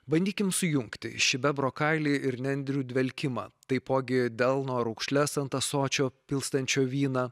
bandykim sujungti šį bebro kailį ir nendrių dvelkimą taipogi delno raukšles ant ąsočio pilstančio vyną